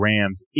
Rams